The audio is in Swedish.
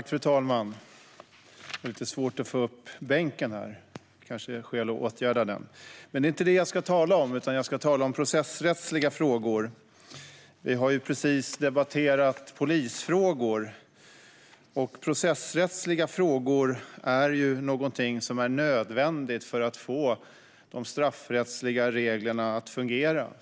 Fru talman! Jag ska tala om processrättsliga frågor. Vi har precis debatterat polisfrågor, och processrättsliga frågor är någonting som är nödvändigt för att få de straffrättsliga reglerna att fungera.